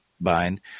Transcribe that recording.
bind